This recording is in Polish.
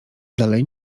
dalej